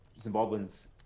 zimbabweans